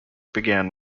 began